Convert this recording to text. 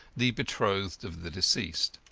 the betrothed of the deceased.